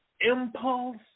impulse